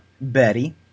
Betty